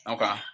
Okay